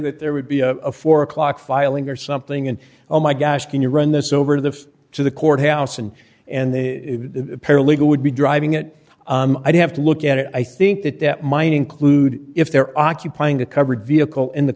that there would be a four o'clock filing or something and oh my gosh can you run this over to the to the courthouse and and the paralegal would be driving it i'd have to look at it i think that that mine include if they're occupying a covered vehicle in the